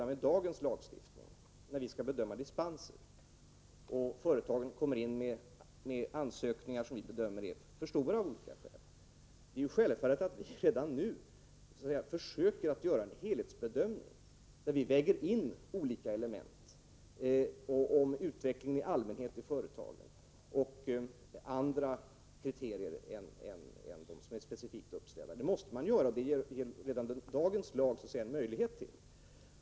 När vi skall bedöma företagens ansökningar om dispenser, som vi av olika skäl anser alltför omfattande, är det självfallet att vi redan nu försöker göra en helhetsbedömning där vi väger in olika element — såsom utvecklingen i allmänhet i företagen och andra kriterier än de specifikt uppställda. Det måste man göra, och det ger redan nuvarande lagstiftning möjlighet till.